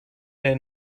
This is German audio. der